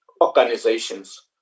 organizations